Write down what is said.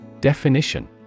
Definition